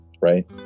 right